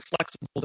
flexible